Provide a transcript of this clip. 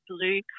blue